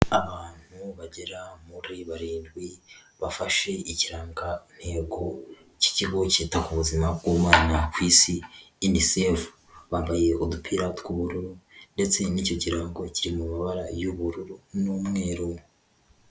Abantu bagera muri barindwi bafashe ikirangantego cy'ikigo cyita ku buzima bw'abana ku isi UNICEF, bambaye udupira tw'ubururu ndetse n'icyo kirango kiri mu mabara y'ubururu n'umweru.